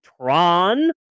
Tron